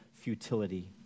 futility